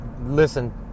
Listen